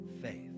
faith